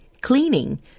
cleaning